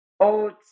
Oats